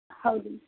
ಹೌದು